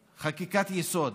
חקיקת-יסוד.